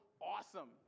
awesome